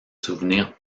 souvenirs